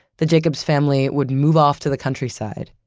the jacobs family would move off to the countryside,